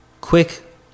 quick